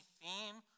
theme